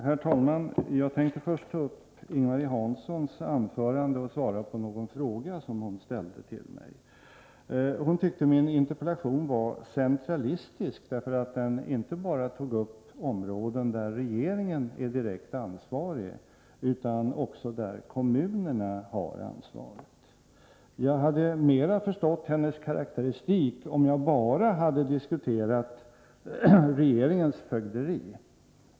Herr talman! Jag tänkte först ta upp Ing-Marie Hanssons anförande och svara på någon fråga som hon ställde till mig. Hon tyckte att min interpellation var centralistisk, därför att den tar upp inte bara områden där regeringen är direkt ansvarig, utan även områden som kommunerna har ansvaret för. Jag hade förstått hennes karakteristik bättre om jag bara hade diskuterat regeringens fögderi.